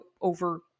over